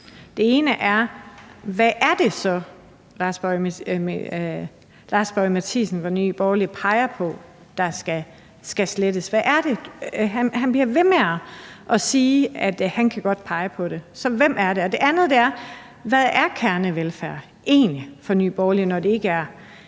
Det ene er, hvad det så er, Lars Boje Mathiesen fra Nye Borgerlige peger på skal slettes. Han bliver ved med at sige, at han godt kan pege på det, så hvem er det? Det andet er: Hvad er kernevelfærd egentlig for Nye Borgerlige, når det ikke er